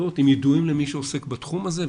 ידועים למי שעוסק בתחום הזה,